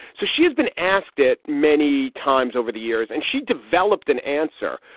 so she's been asked it many times over the years and she developed an answer.